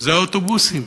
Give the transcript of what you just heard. זה האוטובוסים.